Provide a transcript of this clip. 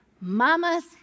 Mamas